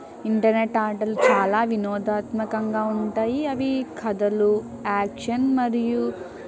internet ఆటలు చాలా వినోదాత్మకంగా ఉంటాయి అవి కథలు యాక్షన్ మరియు